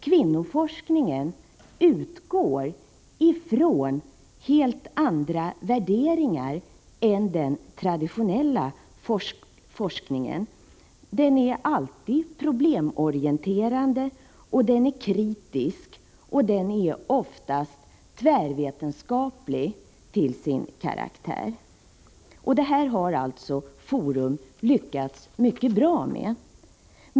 Kvinnoforskningen utgår ifrån helt andra värderingar än den traditionella forskningen. Den är alltid problemorienterad och kritisk, och den är oftast tvärvetenskaplig till sin karaktär. Detta har alltså Forum lyckats mycket bra med.